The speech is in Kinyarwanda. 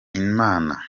imana